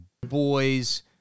boys